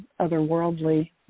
otherworldly